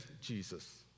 Jesus